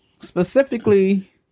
Specifically